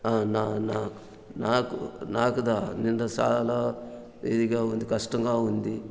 నాకు నాకు ద నిండా చాలా ఇదిగా ఉంది కష్టంగా ఉంది